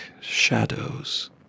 shadows